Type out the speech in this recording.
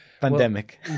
pandemic